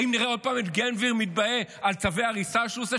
האם נראה עוד פעם את בן גביר מתגאה על צווי הריסה שהוא עושה,